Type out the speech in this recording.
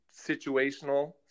situational